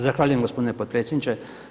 Zahvaljujem gospodine potpredsjedniče.